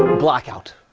blackout!